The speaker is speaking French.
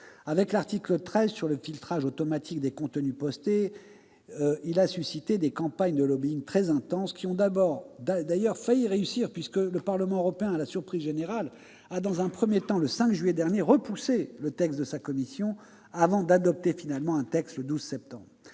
Avec l'article 13, sur le filtrage automatique des contenus postés, il a suscité des campagnes de lobbying très intenses, qui ont d'ailleurs failli réussir, puisque le Parlement européen, à la surprise générale, a dans un premier temps, le 5 juillet dernier, repoussé le texte de sa commission, avant de l'adopter finalement le 12 septembre.